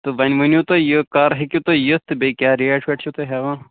تہٕ وۄنۍ ؤنیُو تُہۍ یہِ کر ہیٚکِو تُہۍ یِتھ تہٕ بیٚیہِ کیٛاہ ریٹ ویٹ چھُو تُہۍ ہٮ۪وان